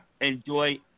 Enjoy